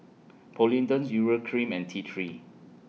Polident's Urea Cream and T three